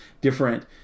different